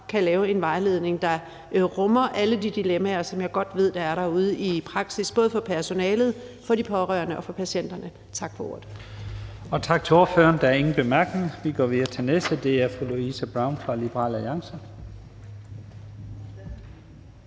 kan lave en vejledning, der rummer alle de dilemmaer, som jeg godt ved er derude i praksis, både for personalet, for de pårørende og for patienterne. Tak for ordet. Kl. 12:26 Første næstformand (Leif Lahn Jensen): Tak til ordføreren. Der er ingen korte bemærkninger. Vi går videre til den næste. Det er fru Louise Brown fra Liberal Alliance.